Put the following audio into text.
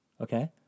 Okay